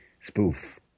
spoof